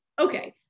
Okay